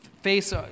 face